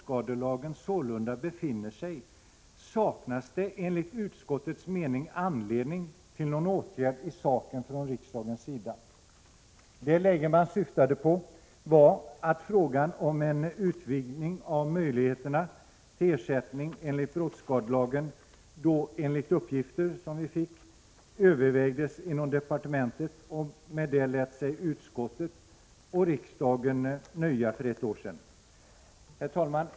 1986/87:104 enligt utskottets mening anledning till någon åtgärd i saken från riksdagens 8 april 1987 Det läge utskottet syftade på var att frågan om en utvidgning av möjligheterna till ersättning enligt brottsskadelagen enligt uppgifter som vi fick övervägdes inom departementet. Och med det lät sig utskottet och riksdagen nöja. Herr talman!